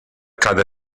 cada